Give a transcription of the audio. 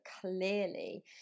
clearly